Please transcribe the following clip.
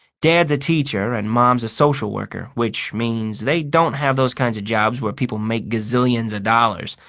dad's a teacher and mom's a social worker, which means they don't have those kinds of jobs where people make gazillions of dollars.